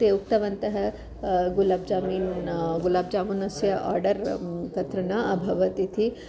ते उक्तवन्तः गुलाब् जामून गुलाब् जामूनस्य आर्डर् तत्र न अभवत् इति